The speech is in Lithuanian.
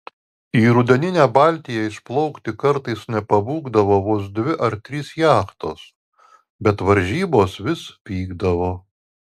į rudeninę baltiją išplaukti kartais nepabūgdavo vos dvi ar trys jachtos bet varžybos vis vykdavo